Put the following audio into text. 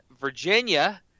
Virginia